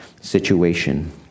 situation